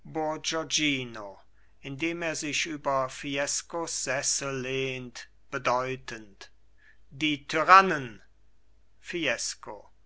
indem er sich über fiescos sessel lehnt bedeutend die tyrannen fiesco